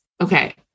Okay